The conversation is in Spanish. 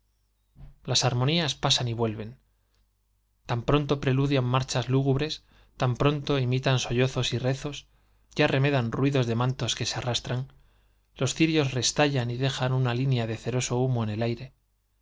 las armonías vuelven pasan y tan pronto prelu dian marchas lúgubres tan pronto imitan sollozos y rezos ya remedan ruidos de mantos que se arras tran los cirios restallan y dejan una línea de ceroso humo en el aire